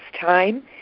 time